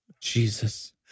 Jesus